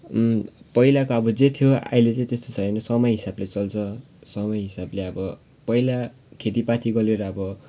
पहिलाको अब जे थियो अहिले चाहिँ त्यस्तो छैन समय हिसाबले चल्छ समय हिसाबले अब पहिला खेतीपातीको लिएर अब